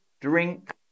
drink